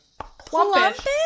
plumpish